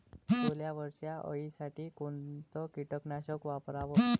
सोल्यावरच्या अळीसाठी कोनतं कीटकनाशक वापराव?